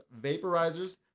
vaporizers